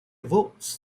votes